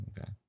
okay